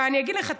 ואני אגיד לך,